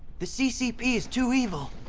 the ccp is too evil!